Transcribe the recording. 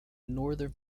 northern